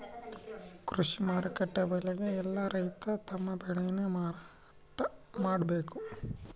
ಕೃಷಿ ಮಾರುಕಟ್ಟೆ ಬೆಲೆಗೆ ಯೆಲ್ಲ ರೈತರು ತಮ್ಮ ಬೆಳೆ ನ ಮಾರಾಟ ಮಾಡ್ಬೇಕು